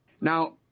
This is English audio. Now